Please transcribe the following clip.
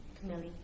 Camille